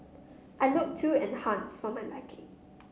I looked too enhanced for my liking